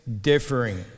differing